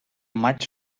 maig